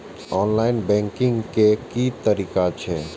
Online banking के की तरीका छै?